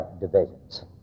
divisions